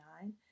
nine